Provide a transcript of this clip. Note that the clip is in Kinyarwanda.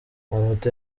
amafoto